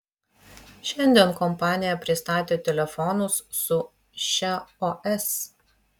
šiandien kompanija pristatė telefonus su šia os